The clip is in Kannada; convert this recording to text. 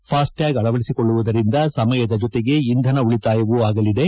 ಫಾಸ್ಟ್ಟ್ಯಾಗ್ ಅಳವಡಿಸಿಕೊಳ್ಳುವುದರಿಂದ ಸಮಯದ ಜೊತೆಗೆ ಇಂಧನ ಉಳಿತಾಯವೂ ಆಗಲಿದೆ